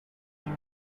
know